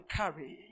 carry